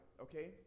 Okay